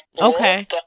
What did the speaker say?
okay